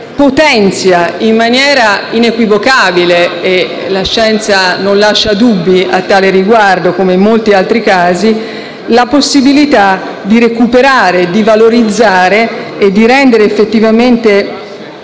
potenzia in maniera inequivocabile - la scienza non lascia dubbi a tale riguardo, come in molti altri casi - la possibilità di recuperare, di valorizzare e di rendere effettivamente